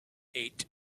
eight